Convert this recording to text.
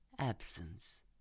absence